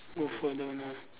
go further or not